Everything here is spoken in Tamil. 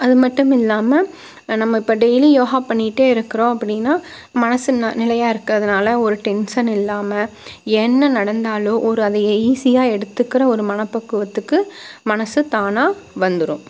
அதுமட்டுமில்லாம நம்ம இப்போ டெய்லி யோகா பண்ணிகிட்டே இருக்கிறோம் அப்படின்னா மனசு நிலையாக இருக்கிறதுனால ஒரு டென்ஷன் இல்லாம என்ன நடந்தாலும் ஒரு அதை ஈஸியாக எடுத்துக்குற ஒரு மன பக்குவத்துக்கு மனசு தானாக வந்துரும்